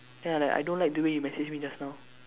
then I like I don't like the way you messaged me just now